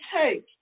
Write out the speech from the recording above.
take